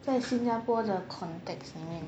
在新加坡的 context 里面